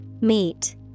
Meet